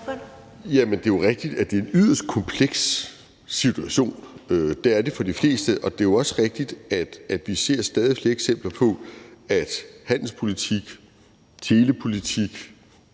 Det er jo rigtigt, at det er en yderst kompleks situation. Det er den for de fleste. Og det er jo også rigtigt, at vi ser stadig flere eksempler på, at handelspolitik, telepolitik